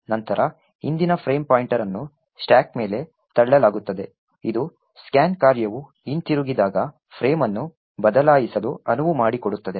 ನಂತರ ಹಿಂದಿನ frame pointer ಅನ್ನು ಸ್ಟಾಕ್ ಮೇಲೆ ತಳ್ಳಲಾಗುತ್ತದೆ ಇದು scan ಕಾರ್ಯವು ಹಿಂತಿರುಗಿದಾಗ ಫ್ರೇಮ್ ಅನ್ನು ಬದಲಾಯಿಸಲು ಅನುವು ಮಾಡಿಕೊಡುತ್ತದೆ